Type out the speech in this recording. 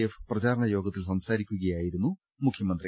F പ്രചാരണ യോഗ്ത്തിൽ സംസാരിക്കുക യായിരുന്നു മുഖ്യമന്ത്രി